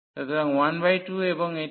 সুতরাং 12 এবং এটি 1 থেকে 2